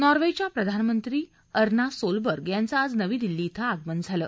नॉर्वेच्या प्रधानमंत्री Erna Solberg यांचं आज नवी दिल्ली इथं आगमन झालं